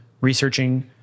researching